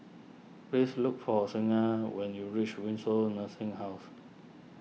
please look for Signa when you reach Windsor Nursing House